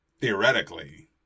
theoretically